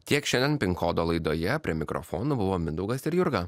tiek šiandien pin kodo laidoje prie mikrofonų buvo mindaugas ir jurga